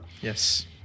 Yes